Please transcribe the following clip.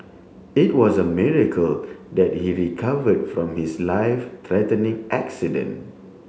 it was a miracle that he recovered from his life threatening accident